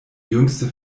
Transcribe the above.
jüngste